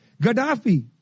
Gaddafi